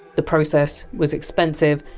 the process was expensive,